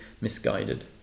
misguided